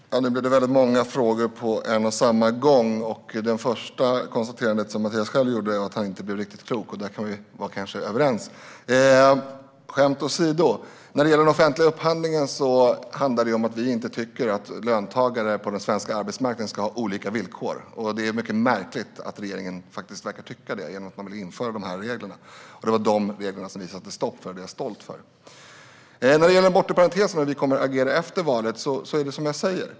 Herr talman! Nu blev det väldigt många frågor på en och samma gång. Mathias första konstaterande var att han inte blev riktigt klok. Där kan vi kanske vara överens. Skämt åsido! När det gäller den offentliga upphandlingen handlar det om att vi inte tycker att löntagare på den svenska arbetsmarknaden ska ha olika villkor. Det är mycket märkligt att regeringen verkar tycka det och vill införa de här reglerna. De reglerna satte vi stopp för, och det är jag stolt över. När det gäller den bortre parentesen och hur vi kommer att agera efter valet är det som jag säger.